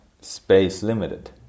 space-limited